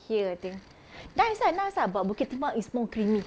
here I think nice ah nice ah but bukit timah is more creamy